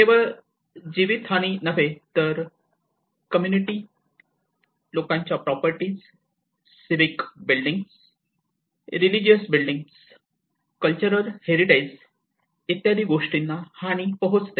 केवळ जीवित हानी नव्हे तर कम्युनिटी लोकांच्या properties civic building religious building cultural heritage इत्यादी गोष्टींना हानी पोहोचते